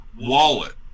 wallet